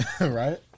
right